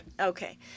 Okay